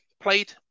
played